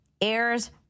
airs